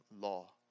law